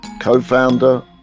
co-founder